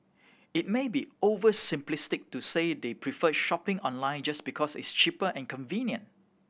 it may be over simplistic to say they prefer shopping online just because it's cheaper and convenient